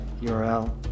URL